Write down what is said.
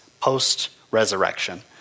post-resurrection